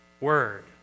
word